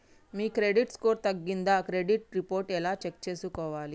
మీ credit score తగ్గిందా credit report ఎలా check చేసుకోవాలి?